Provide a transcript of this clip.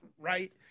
right